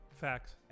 facts